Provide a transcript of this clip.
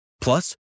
Plus